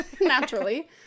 Naturally